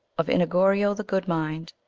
of enigorio the good mind,